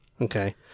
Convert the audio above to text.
Okay